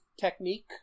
technique